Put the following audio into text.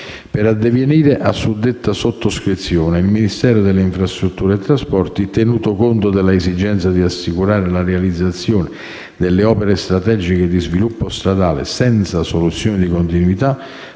Per addivenire a suddetta sottoscrizione il MIT, tenuto conto dell'esigenza di assicurare la realizzazione delle opere strategiche di sviluppo stradale senza soluzione di continuità,